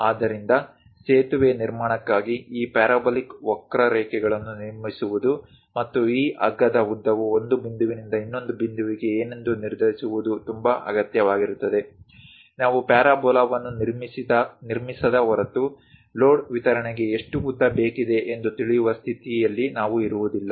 ಆದ್ದರಿಂದ ಸೇತುವೆ ನಿರ್ಮಾಣಕ್ಕಾಗಿ ಈ ಪ್ಯಾರಾಬೋಲಿಕ್ ವಕ್ರಾರೇಖೆಗಳನ್ನು ನಿರ್ಮಿಸುವುದು ಮತ್ತು ಈ ಹಗ್ಗದ ಉದ್ದವು ಒಂದು ಬಿಂದುವಿನಿಂದ ಇನ್ನೊಂದು ಬಿಂದುವಿಗೆ ಏನೆಂದು ನಿರ್ಧರಿಸುವುದು ತುಂಬಾ ಅಗತ್ಯವಾಗಿರುತ್ತದೆ ನಾವು ಪ್ಯಾರಾಬೋಲಾವನ್ನು ನಿರ್ಮಿಸದ ಹೊರತು ಲೋಡ್ ವಿತರಣೆಗೆ ಎಷ್ಟು ಉದ್ದ ಬೇಕಿದೆ ಎಂದು ತಿಳಿಯುವ ಸ್ಥಿತಿಯಲ್ಲಿ ನಾವು ಇರುವುದಿಲ್ಲ